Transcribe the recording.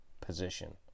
position